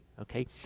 okay